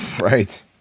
Right